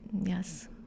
Yes